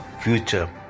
future